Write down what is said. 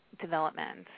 development